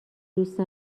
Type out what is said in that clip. دوست